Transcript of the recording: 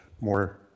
more